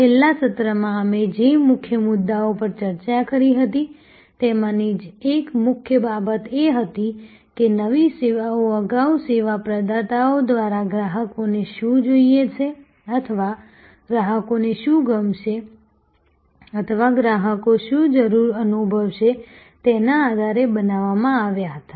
છેલ્લા સત્રમાં અમે જે મુખ્ય મુદ્દાઓ પર ચર્ચા કરી હતી તેમાંની એક મુખ્ય બાબત એ હતી કે નવી સેવાઓ અગાઉ સેવા પ્રદાતાઓ દ્વારા ગ્રાહકોને શું જોઈએ છે અથવા ગ્રાહકોને શું ગમશે અથવા ગ્રાહકો શું જરૂર અનુભવે છે તેના આધારે બનાવવામાં આવ્યા હતા